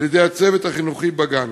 על-ידי הצוות החינוכי בגן.